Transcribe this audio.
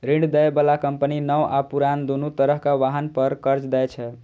ऋण दै बला कंपनी नव आ पुरान, दुनू तरहक वाहन पर कर्ज दै छै